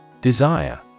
Desire